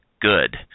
good